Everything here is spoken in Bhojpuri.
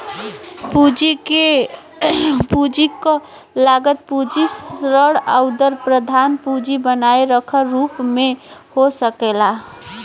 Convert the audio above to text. पूंजी क लागत पूंजी ऋण आउर प्रधान पूंजी बनाए रखे के रूप में हो सकला